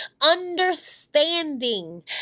Understanding